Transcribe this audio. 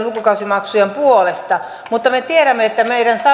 lukukausimaksujen puolesta me tiedämme että meidän